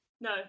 no